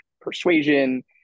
persuasion